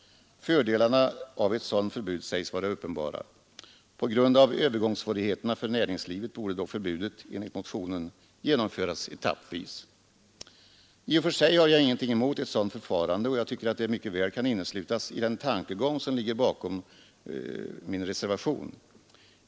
Fördelarna av ett sådant förbud sägs vara uppenbara. På grund av övergångssvårigheterna för näringslivet borde dock förbudet, enligt motionen, genomföras etappvis. I och för sig har jag ingenting emot ett sådant förfarande, och jag tycker att det mycket väl kan inneslutas i den tankegång som ligger bakom min reservation.